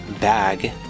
bag